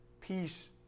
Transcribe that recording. peace